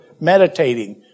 meditating